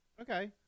Okay